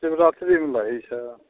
शिवरात्रिमे लागैत छै